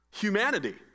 humanity